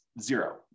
zero